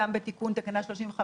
לעניין זה,